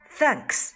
Thanks